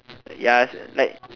ya is like